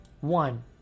One